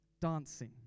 Dancing